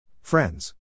Friends